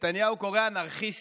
נתניהו קורא "אנרכיסטים".